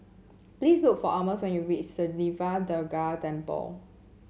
please look for Almus when you reach Sri Siva Durga Temple